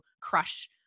crush